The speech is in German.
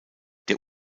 der